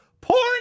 Porn